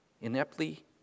Ineptly